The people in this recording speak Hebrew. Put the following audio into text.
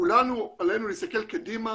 כולנו עלינו להסתכל קדימה